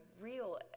real